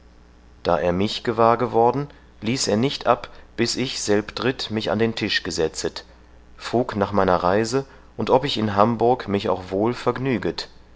da er mich gewahr worden ließ er nicht ab bis ich selbdritt mich an den tisch gesetzet frug nach meiner reise und ob ich in hamburg mich auch wohl vergnüget